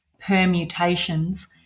permutations